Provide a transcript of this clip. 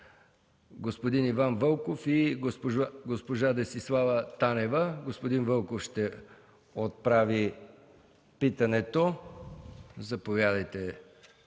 господин Иван Вълков и госпожа Десислава Танева. Господин Вълков ще отправи питането. Заповядайте,